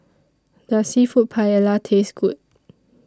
Does Seafood Paella Taste Good